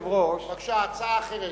בבקשה, הצעה אחרת.